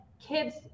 kids